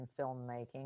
filmmaking